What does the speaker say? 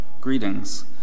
Greetings